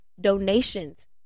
Donations